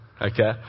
okay